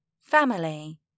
Family